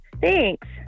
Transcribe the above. Thanks